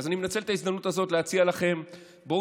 אז אני מנצל את ההזדמנות הזאת להציע לכם: בואו